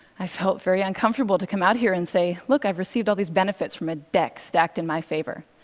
i felt very uncomfortable to come out here and say, look i've received all these benefits from a deck stacked in my favor,